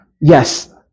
yes